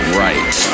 right